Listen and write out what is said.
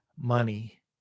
money